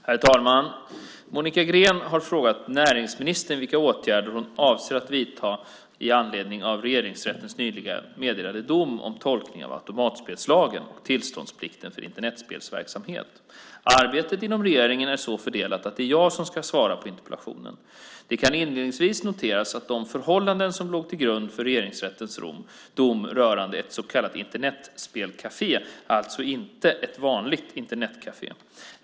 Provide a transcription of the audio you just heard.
Herr talman! Monica Green har frågat näringsministern vilka åtgärder hon avser att vidta med anledning av en av Regeringsrätten nyligen meddelad dom om tolkningen av automatspelslagen och tillståndsplikten för Internetspelverksamhet. Arbetet inom regeringen är så fördelat att det är jag som ska svara på interpellationen. Det kan inledningsvis noteras att de förhållanden som låg till grund för Regeringsrättens dom rörde ett så kallat Internetspelkafé och alltså inte ett vanligt Internetkafé.